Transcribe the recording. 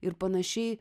ir panašiai